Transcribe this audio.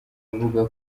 avuga